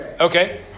Okay